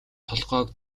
толгойг